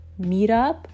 meetup